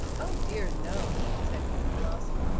oh, dear no, said young glossy.